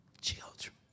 children